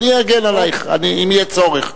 אני אגן עלייך אם יהיה צורך.